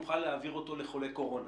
נוכל להעביר אותו לחולה קורונה.